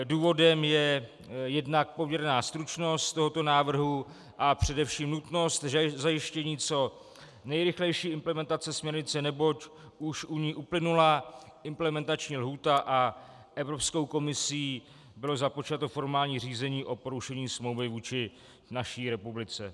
Důvodem je jednak poměrná stručnost tohoto návrhu a především nutnost zajištění co nejrychlejší implementace směrnice, neboť už u ní uplynula implementační lhůta a Evropskou komisí bylo započato formální řízení o porušení smlouvy vůči naší republice.